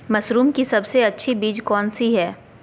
Mushroom की सबसे अच्छी बीज कौन सी है?